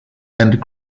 and